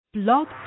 Blog